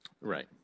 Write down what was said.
Right